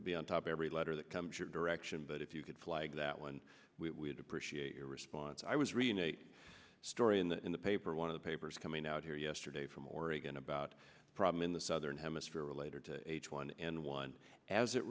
be on top every letter that comes your direction but if you could flag that one we appreciate your response i was reading a story in the in the paper one of the papers coming out here yesterday from oregon about a problem in the southern hemisphere related to h one n one as it